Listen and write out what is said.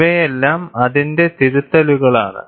ഇവയെല്ലാം അതിന്റെ തിരുത്തലുകളാണ്